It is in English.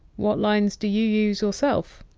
what lines do you use yourself?